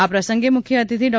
આ પ્રસંગે મુખ્ય અતિથિ ડો